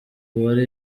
uwari